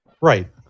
Right